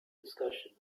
discussion